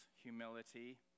humility